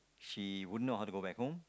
she wouldn't know how to go back home